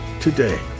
today